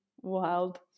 wild